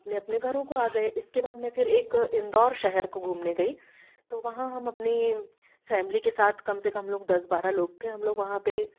अपने अपने घरों को आ गए इसके बाद में फिर एक इंदौर शहर को घूमने गई तो वहाँ हम अपने फ़ैमिली के साथ कम से कम लोग दस बारह लोग थे हम लोग वहाँ पर